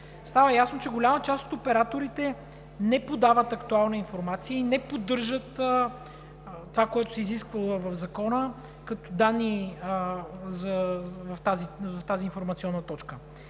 стана ясно, че голяма част от операторите не подават актуална информация и не поддържат това, което се изисква в Закона като данни в тази информационна точка.